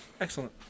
excellent